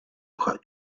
ohio